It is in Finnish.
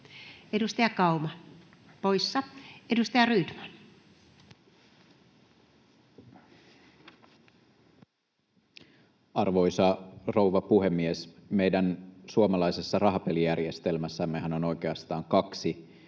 Edustaja Kauma poissa. — Edustaja Rydman. Arvoisa rouva puhemies! Meidän suomalaisessa rahapelijärjestelmässämmehän on oikeastaan kaksi